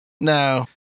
No